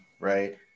right